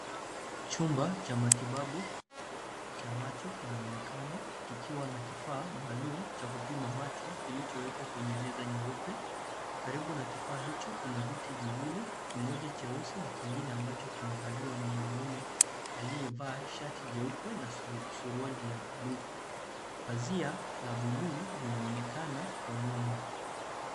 Chimba cha matibabu cha macho kinaonekana kikiwa na kifaa maalum cha kupima macho kilichowekwa kwenye meza nyeupe. Karibu na kifaa hicho kuna viti viwili, kimoja cheusi na kingine ambacho kimekaliwa na mwanaume aliyevaa shati jeupe na suruali ya bluu. Pazia la bluu linaonekana kwa nyuma.